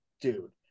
dude